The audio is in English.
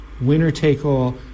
winner-take-all